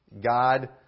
God